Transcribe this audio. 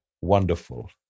Wonderful